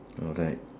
alright